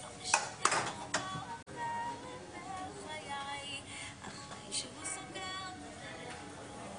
קודם כל אני רוצה להגיד שקל לנאום אחרון כי כולם כבר אמרו הכול,